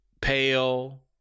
pale